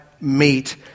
meet